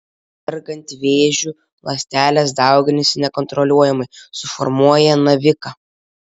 sergant vėžiu ląstelės dauginasi nekontroliuojamai suformuoja naviką